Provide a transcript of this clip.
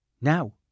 Now